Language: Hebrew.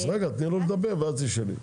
אז רגע, תני לו לדבר ואז תשאלי.